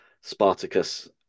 Spartacus